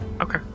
Okay